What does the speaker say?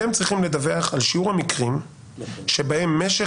אתם צריכים לדווח על שיעור המקרים שבהם משך